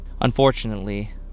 Unfortunately